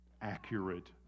accurate